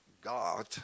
God